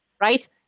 right